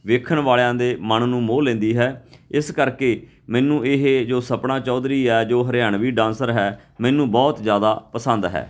ਵੇਖਣ ਵਾਲਿਆਂ ਦੇ ਮਨ ਨੂੰ ਮੋਹ ਲੈਂਦੀ ਹੈ ਇਸ ਕਰਕੇ ਮੈਨੂੰ ਇਹ ਜੋ ਸਪਣਾ ਚੌਧਰੀ ਆ ਜੋ ਹਰਿਆਣਵੀ ਡਾਂਸਰ ਹੈ ਮੈਨੂੰ ਬਹੁਤ ਜ਼ਿਆਦਾ ਪਸੰਦ ਹੈ